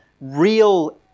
real